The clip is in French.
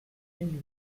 mille